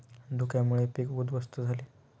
धुक्यामुळे पीक उध्वस्त झाले